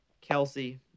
Kelsey